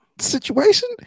situation